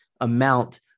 amount